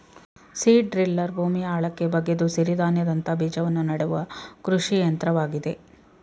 seed driller ಭೂಮಿಯ ಆಳಕ್ಕೆ ಬಗೆದು ಸಿರಿಧಾನ್ಯದಂತ ಬೀಜವನ್ನು ನೆಡುವ ಕೃಷಿ ಯಂತ್ರವಾಗಿದೆ